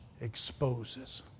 exposes